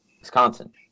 Wisconsin